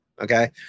Okay